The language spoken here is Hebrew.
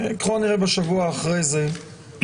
ככל הנראה בשבוע אחרי זה,